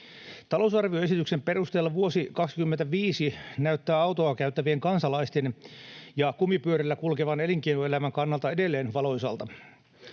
Talousarvioesityksen perusteella vuosi 25 näyttää autoa käyttävien kansalaisten ja kumipyörillä kulkevan elinkeinoelämän kannalta edelleen valoisalta.